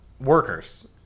workers